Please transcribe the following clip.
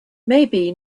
maybe